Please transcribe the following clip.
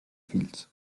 fills